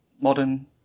modern